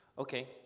Okay